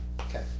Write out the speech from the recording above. Okay